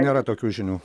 nėra tokių žinių